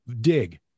dig